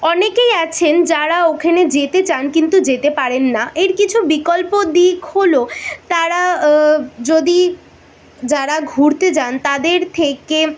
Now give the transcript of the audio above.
অনেকেই আছেন যারা ওখানে যেতে চান কিন্তু যেতে পারেন না এর কিছু বিকল্প দিক হলো তারা যদি যারা ঘুরতে যান তাদের থেকে